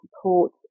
support